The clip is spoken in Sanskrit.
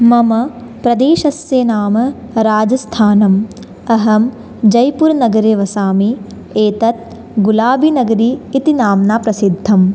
मम प्रदेशस्य नाम राजस्थानम् अहं जयपुरनगरे वसामि एतद् गुलाबीनगरी इति नाम्ना प्रसिद्धम्